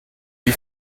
wie